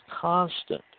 constant